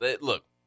Look